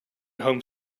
home